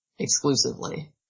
Exclusively